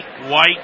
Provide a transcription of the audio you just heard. White